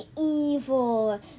evil